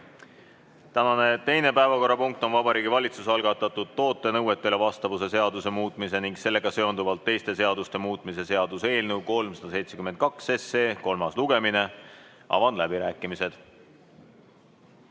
Tänane teine päevakorrapunkt on Vabariigi Valitsuse algatatud toote nõuetele vastavuse seaduse muutmise ning sellega seonduvalt teiste seaduste muutmise seaduse eelnõu 372 kolmas lugemine. Avan läbirääkimised.